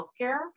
Healthcare